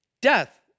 death